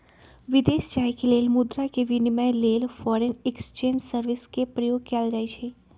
विदेश जाय के लेल मुद्रा के विनिमय लेल फॉरेन एक्सचेंज सर्विस के प्रयोग कएल जाइ छइ